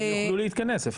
הן יוכלו להתכנס.